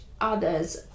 others